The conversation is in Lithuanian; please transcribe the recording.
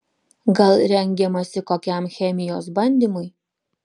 gal rengiamasi kokiam chemijos bandymui